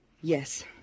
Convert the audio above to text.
Yes